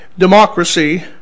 democracy